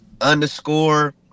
underscore